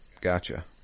Gotcha